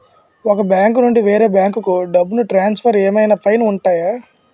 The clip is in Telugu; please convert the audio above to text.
ఒక బ్యాంకు నుండి వేరే బ్యాంకుకు డబ్బును ట్రాన్సఫర్ ఏవైనా ఫైన్స్ ఉంటాయా?